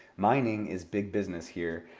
mining is big business here,